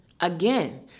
again